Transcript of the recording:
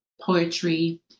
poetry